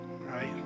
right